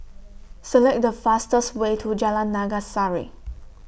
Select The fastest Way to Jalan Naga Sari